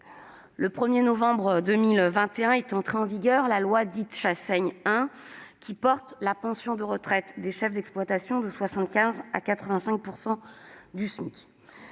le 1 novembre 2021 est entrée en vigueur la loi « Chassaigne 1 », qui porte la pension de retraite des chefs d'exploitation de 75 % à 85 % du SMIC.